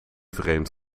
vreemd